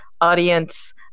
audience